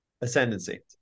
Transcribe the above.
Ascendancy